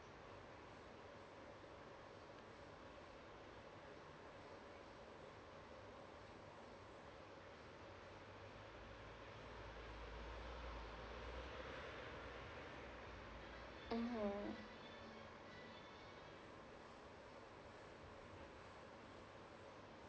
mmhmm